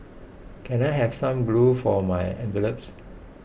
can I have some glue for my envelopes